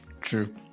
True